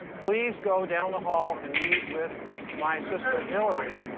please go down the hall and meet with my assistant hilary,